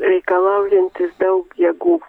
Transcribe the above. reikalaujantis daug jėgų